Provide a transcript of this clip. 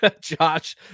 Josh